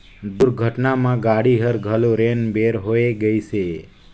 दुरघटना म गाड़ी हर घलो रेन बेर होए गइसे